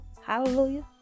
Hallelujah